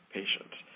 patients